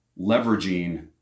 leveraging